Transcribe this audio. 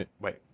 wait